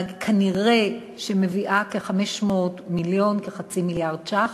כנראה, מביאה כ-500 מיליון, כחצי מיליארד ש"ח.